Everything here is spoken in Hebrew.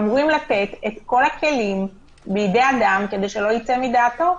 אמורים לתת את כל הכלים בידי אדם כדי שלא ייצא מדעתו.